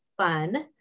fun